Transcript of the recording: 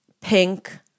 pink